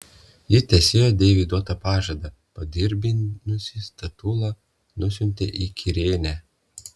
ji tesėjo deivei duotą pažadą padirbdinusi statulą nusiuntė į kirėnę